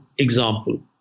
example